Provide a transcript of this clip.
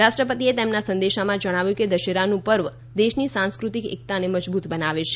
રાષ્ટ્રપતિએ તેમના સંદેશામાં જણાવ્યું છે કે દશેરાનું પર્વ દેશની સાંસ્ક્રતિક એકતા મજબૂત બનાવે છે